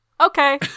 Okay